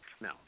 No